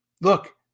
Look